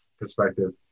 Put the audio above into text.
perspective